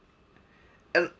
and